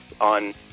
on